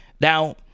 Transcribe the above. Now